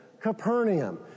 Capernaum